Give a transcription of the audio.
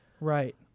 Right